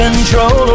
control